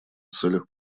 целях